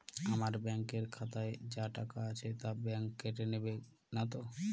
আমার ব্যাঙ্ক এর খাতায় যা টাকা আছে তা বাংক কেটে নেবে নাতো?